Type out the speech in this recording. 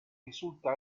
risulta